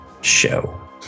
show